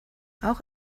auch